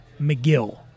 McGill